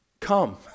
Come